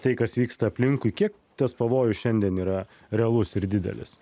tai kas vyksta aplinkui kiek tas pavojus šiandien yra realus ir didelis